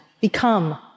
become